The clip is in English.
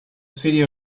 city